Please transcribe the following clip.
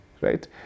Right